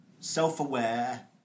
self-aware